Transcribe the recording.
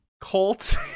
cult